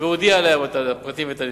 והודיעה להם על הפרטים ועל הנתונים.